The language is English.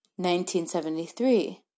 1973